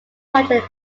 hundred